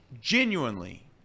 genuinely